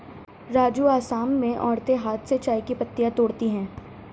राजू असम में औरतें हाथ से चाय की पत्तियां तोड़ती है